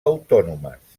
autònomes